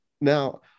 now